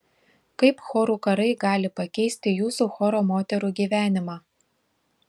kaip chorų karai gali pakeisti jūsų choro moterų gyvenimą